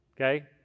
okay